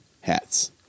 hats